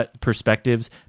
perspectives